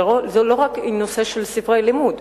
זה לא רק נושא של ספרי לימוד,